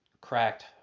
cracked